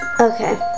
Okay